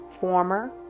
former